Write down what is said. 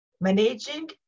managing